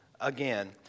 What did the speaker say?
again